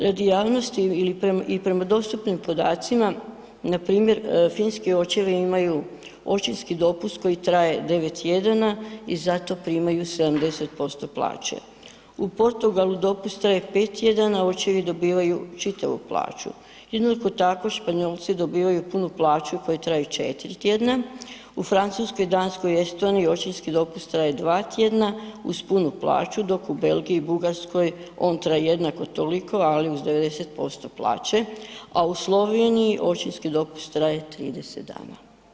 Radi javnosti i prema dostupnim podacima npr. finski očevi imaju očinski dopust koji traje 9 tjedana i za to primaju 70% plaće, u Portugalu dopust traje 5 tjedana, a očevi dobivaju čitavu plaću, jednako tako Španjolci dobivaju punu plaću koji traje 4 tjedna, u Francuskoj, Danskoj i Estoniji očinski dopust traje 2 tjedna uz punu plaću, dok u Belgiji, Bugarskoj on traje jednako toliko ali uz 90% plaće, a u Sloveniji očinski dopust traje 30 dana.